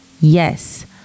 Yes